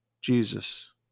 Jesus